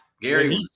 Gary